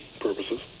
purposes